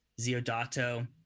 Ziodato